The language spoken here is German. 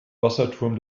wasserturm